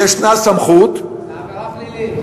יש סמכות, זו עבירה פלילית.